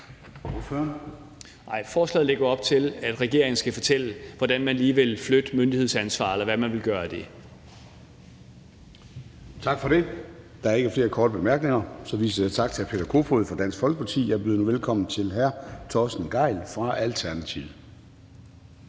Nej, forslaget lægger op til, at regeringen skal fortælle, hvordan man lige vil flytte myndighedsansvaret, eller hvad man vil gøre af det. Kl. 13:58 Formanden (Søren Gade): Tak for det. Der er ikke flere korte bemærkninger, så vi siger tak til hr. Peter Kofod fra Dansk Folkeparti. Jeg byder nu velkommen til hr. Torsten Gejl fra Alternativet.